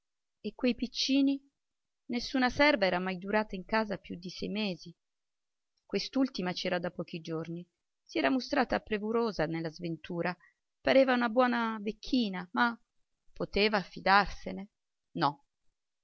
e quei piccini nessuna serva era mai durata in casa più di sei mesi quest'ultima c'era da pochi giorni si era mostrata premurosa nella sventura pareva una buona vecchina ma poteva fidarsene no